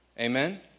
Amen